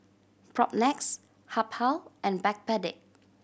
Propnex Habhal and Backpedic